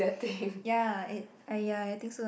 ya it ah ya I think so lah